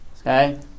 Okay